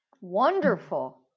Wonderful